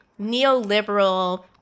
neoliberal